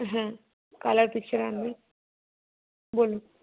হ্যাঁ colour picture আনবে বলুন